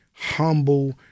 Humble